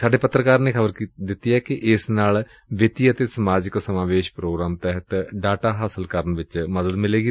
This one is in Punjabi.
ਸਾਡੇ ਪੱਤਰਕਾਰ ਨੇ ਖ਼ਬਰ ਦਿੱਤੀ ਏ ਕਿ ਏਸ ਨਾਲ ਵਿਤੀ ਅਤੇ ਸਮਾਜਿਕ ਸਮਾਵੇਸ਼ ਪ੍ਰੋਗਰਾਮ ਤਹਿਤ ਡਾਟਾ ਹਾਸਲ ਕਰਨ ਵਿਚ ਮਦਦ ਕਰੇਗੀ